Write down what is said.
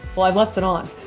well, i've left it on.